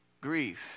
grief